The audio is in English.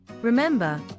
Remember